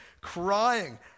crying